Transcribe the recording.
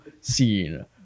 scene